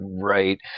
Right